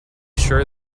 sure